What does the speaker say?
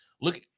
Look